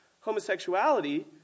homosexuality